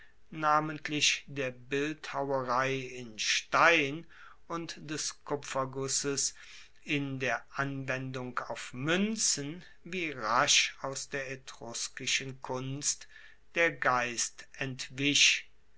namentlich der bildhauerei in stein und des kupfergusses in der anwendung auf muenzen wie rasch aus der etruskischen kunst der geist entwich